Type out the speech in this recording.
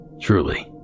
Truly